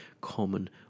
common